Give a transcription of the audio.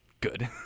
good